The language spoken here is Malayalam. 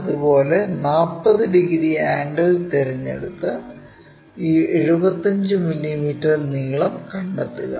അതുപോലെ 40 ഡിഗ്രി ആംഗിൾ തിരഞ്ഞെടുത്ത് ഈ 75 മില്ലീമീറ്റർ നീളം കണ്ടെത്തുക